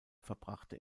verbrachte